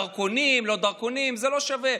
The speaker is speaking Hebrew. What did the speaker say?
דרכונים, לא דרכונים, זה לא שווה.